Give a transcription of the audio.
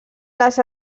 les